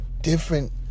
different